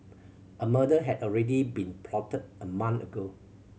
a murder had already been plotted a month ago